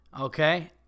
okay